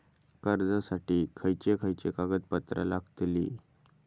कर्जासाठी खयचे खयचे कागदपत्रा लागतली?